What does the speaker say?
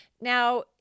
Now